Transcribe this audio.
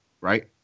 right